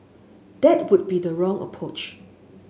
that would be the wrong approach